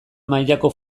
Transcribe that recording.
mailako